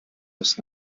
das